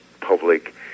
public